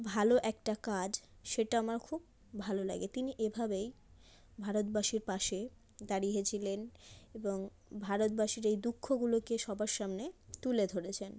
ভালো একটা কাজ সেটা আমার খুব ভালো লাগে তিনি এভাবেই ভারতবাসীর পাশে দাঁড়িয়েছিলেন এবং ভারতবাসীর এই দুঃখগুলোকে সবার সামনে তুলে ধরেছেন